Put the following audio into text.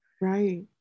Right